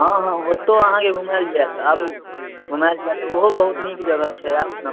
हँ हँ ओत्तौ अहाँके घुमायल जायत आबु घुमायल जायत ओहो बहुत नीक जगह छै आबु ने